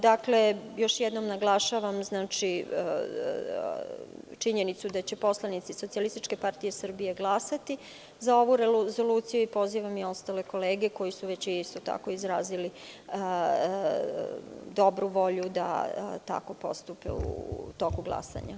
Dakle, još jednom naglašavam činjenicu da će poslanici SPS glasati za ovu rezoluciju, i pozivam i ostale kolege koji su isto tako izrazili dobru volju da tako postupe u toku glasanja.